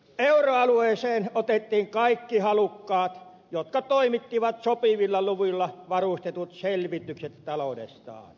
euroalueeseen otettiin kaikki halukkaat jotka toimittivat sopivilla luvuilla varustetut selvitykset taloudestaan